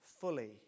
fully